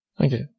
Okay